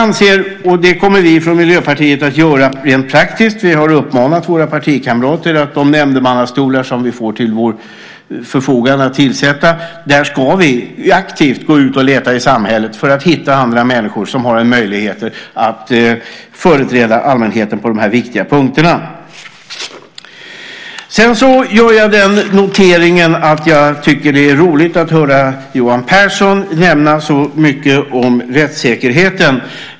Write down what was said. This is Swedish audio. Vi kommer från Miljöpartiet att göra detta rent praktiskt. När det gäller de nämndemannastolar som vi får till vårt förfogande att tillsätta har vi uppmanat våra partikamrater att aktivt gå ut i samhället och leta för att hitta människor som har möjlighet att företräda allmänheten på de här viktiga punkterna. Jag gör den noteringen att det är roligt att höra Johan Pehrson nämna så mycket om rättssäkerheten.